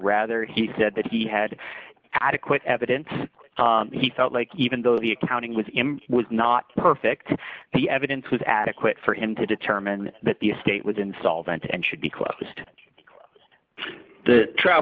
rather he said that he had adequate evidence he felt like even though the accounting with him was not perfect the evidence was adequate for him to determine that the estate was insolvent and should be closed the tr